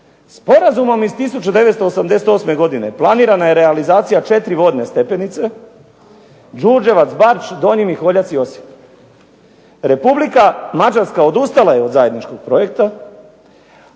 "Sporazumom iz 1988. godine planirana je realizacija 4 vodne stepenice, Đurđevac, Bač, Donji Miholjac i Osijek. Republika Mađarska odustala je od zajedničkog projekata,